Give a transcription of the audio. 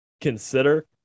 consider